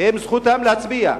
זכותם להצביע.